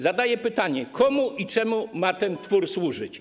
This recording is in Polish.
Zadaję pytanie: Komu i czemu ma ten twór służyć?